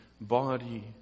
body